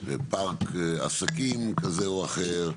פארק עסקים כזה או אחר,